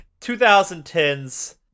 2010's